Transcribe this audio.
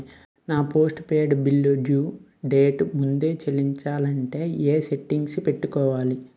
నా postpaid bill due date ముందే చెల్లించాలంటే ఎ సెట్టింగ్స్ పెట్టుకోవాలి?